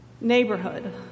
neighborhood